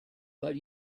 but